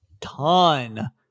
Ton